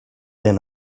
than